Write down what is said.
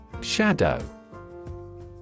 Shadow